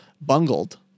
bungled